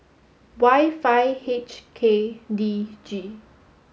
Y five H K D G